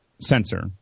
sensor